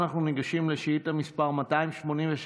אנחנו ניגשים לשאילתה מס' 283,